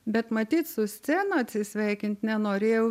bet matyt su scena atsisveikint nenorėjau